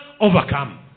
overcome